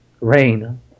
Rain